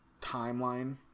timeline